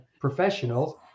professionals